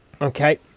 Okay